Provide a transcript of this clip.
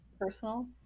personal